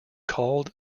called